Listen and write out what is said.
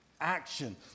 action